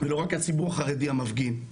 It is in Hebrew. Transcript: ולא רק הציבור החרדי המפגין,